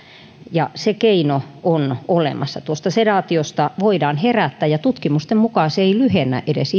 ja se keino on olemassa sedaatiosta voidaan herättää ja tutkimusten mukaan se ei lyhennä edes